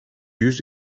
yüz